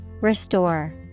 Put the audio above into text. Restore